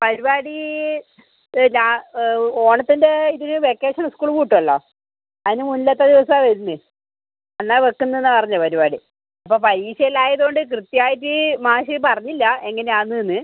പരിപാടി ഇത് ആ ഓണത്തിൻ്റെ ഇതിന് വെക്കേഷന് സ്കൂൾ പൂട്ടുമല്ലോ അതിന് മുന്നത്തെ ദിവസമാണ് വരുന്നത് അന്ന് വയ്ക്കുന്നുവെന്നാണ് പറഞ്ഞത് പരിപാടി അപ്പോൾ പരീക്ഷ എല്ലാം ആയത് കൊണ്ട് കൃത്യം ആയിട്ട് മാഷ് പറഞ്ഞില്ല എങ്ങനെ ആണെന്ന്